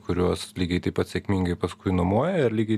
kuriuos lygiai taip pat sėkmingai paskui numojo ir lygiai